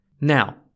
Now